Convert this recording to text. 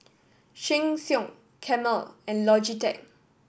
Sheng Siong Camel and Logitech